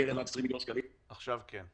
עכשיו כן.